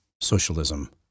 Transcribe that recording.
socialism